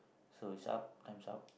so it's up time's up